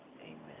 Amen